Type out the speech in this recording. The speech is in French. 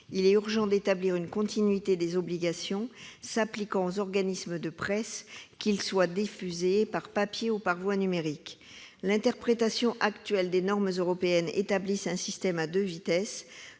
Il est urgent d'établir une continuité des obligations s'imposant aux organismes de presse, que celle-ci soit diffusée par papier ou par voie numérique. L'interprétation actuelle des normes européennes conduit à un système à deux vitesses.